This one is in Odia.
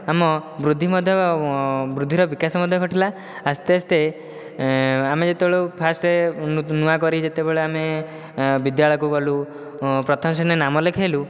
ଆମ ବୃଦ୍ଧି ମଧ୍ୟ ବୃଦ୍ଧିର ବିକାଶ ମଧ୍ୟ ଘଟିଲା ଆସ୍ତେ ଆସ୍ତେ ଆମେ ଯେତେବେଳୁ ଫାଷ୍ଟ ନୂଆ କରି ଯେତେବେଳେ ଆମେ ବିଦ୍ୟାଳୟକୁ ଗଲୁ ପ୍ରଥମ ଶ୍ରେଣୀରେ ନାମ ଲେଖାଇଲୁ